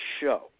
show